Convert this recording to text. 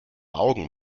augen